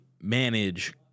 manage